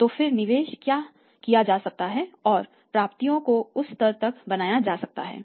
तो फिर निवेश किया जा सकता है और प्राप्तियों को उस स्तर तक बनाया जा सकता है